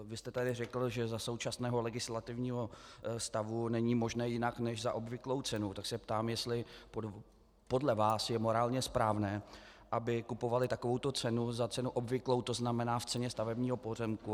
Vy jste tady řekl, že za současného legislativního stavu není možné jinak než za obvyklou cenu, tak se ptám, jestli podle vás je morálně správné, aby kupovali takovouto cenu za cenu obvyklou, to znamená v ceně stavebního pozemku.